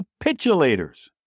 Capitulators